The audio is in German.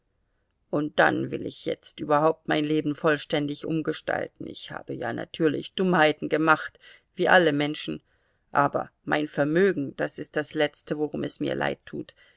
und dann will ich jetzt überhaupt mein leben vollständig umgestalten ich habe ja natürlich dummheiten gemacht wie alle menschen aber mein vermögen das ist das letzte worum es mir leid tut